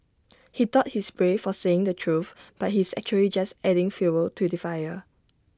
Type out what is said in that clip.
he thought he's brave for saying the truth but he's actually just adding fuel to the fire